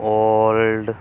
old